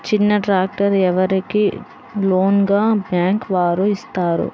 చిన్న ట్రాక్టర్ ఎవరికి లోన్గా బ్యాంక్ వారు ఇస్తారు?